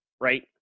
right